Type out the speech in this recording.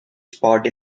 spot